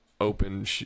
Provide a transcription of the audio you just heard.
open